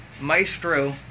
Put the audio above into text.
maestro